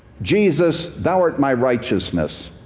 jesus, thou art my righteousness.